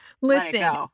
Listen